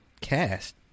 cast